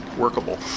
workable